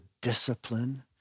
discipline